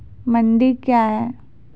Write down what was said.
मंडी क्या हैं?